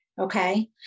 Okay